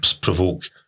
provoke